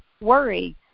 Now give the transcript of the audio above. worry